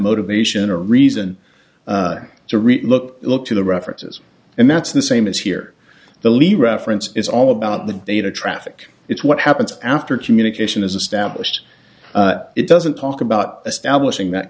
motivation or reason to read look look to the references and that's the same as here the lead reference is all about the data traffic it's what happens after communication is established it doesn't talk about establishing that